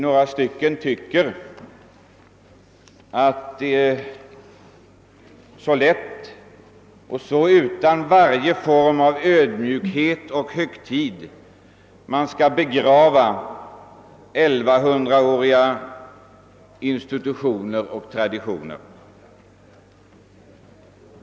Några av oss tycker att det är fel att så lättvindigt och så utan varje form av ödmjukhet och hög tid begrava 1100-åriga institutioner och traditioner.